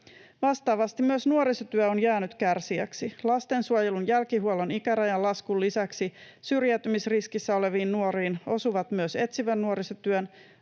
Vastaavasti myös nuorisotyö on jäänyt kärsijäksi. Lastensuojelun jälkihuollon ikärajan laskun lisäksi syrjäytymisriskissä oleviin nuoriin osuvat myös etsivän nuorisotyön,